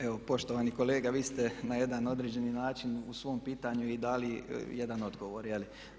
Evo poštovani kolega vi ste na jedan određeni način u svom pitanju i dali jedan odgovor jel'